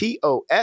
TOS